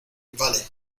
vale